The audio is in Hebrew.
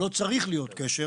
או לא צריך להיות קשר,